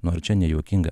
nu ar čia nejuokinga